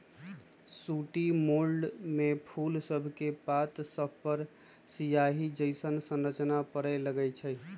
sooty mould में फूल सभके पात सभपर सियाहि जइसन्न संरचना परै लगैए छइ